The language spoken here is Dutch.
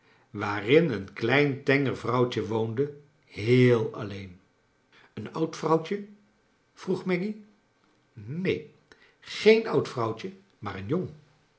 waarin een klein tenger vrouwtje woonde heel alleen een oud vrouwtje vroeg maggy neen geen oud vroawtje maar een jong